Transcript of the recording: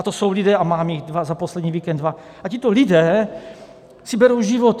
To jsou lidé mám za poslední víkend dva a tito lidé si berou životy.